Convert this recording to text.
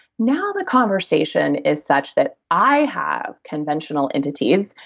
now the conversation is such that i have conventional entities,